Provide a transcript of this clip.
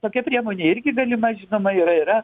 tokia priemonė irgi galima žinoma yra yra